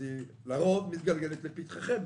לרוב היא מתגלגלת לפתחכם,